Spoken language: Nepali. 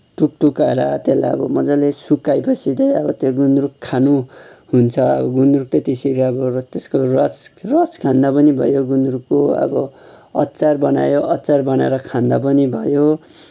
टुक्टुकाएर त्यसलाई अब मजाले सुकाएपछि चाहिँ अब त्यो गुन्द्रुक खानु हुन्छ गुन्द्रुक चाहिँ त्यसरी अब त्यसको रस रस खाँदा पनि भयो गुन्द्रुकको अब अचार बनायो अचार बनाएर खाँदा पनि भयो